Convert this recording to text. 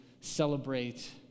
celebrate